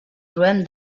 trobem